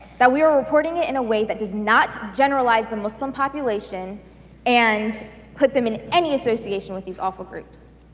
that we are reporting it in a way that does not generalize the muslim population and put them in any association with these awful groups,